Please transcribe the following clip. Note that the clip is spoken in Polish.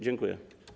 Dziękuję.